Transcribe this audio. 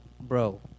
bro